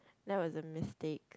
no wasn't mistake